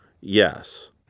Yes